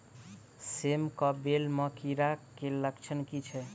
सेम कऽ बेल म कीड़ा केँ लक्षण की छै?